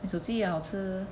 你煮鸡也好吃